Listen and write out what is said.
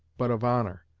but of honour,